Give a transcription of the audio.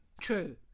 True